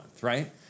right